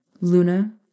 Luna